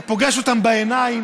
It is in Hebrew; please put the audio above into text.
אתה פוגש אותם בעיניים,